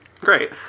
Great